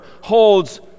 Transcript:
holds